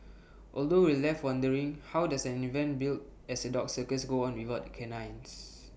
although we left wondering how does an event billed as A dog circus go on without the canines